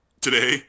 today